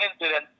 incident